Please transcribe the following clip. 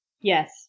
Yes